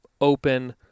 open